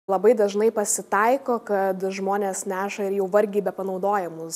labai dažnai pasitaiko kad žmonės neša ir jau vargiai bepanaudojamus